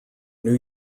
new